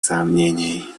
сомнений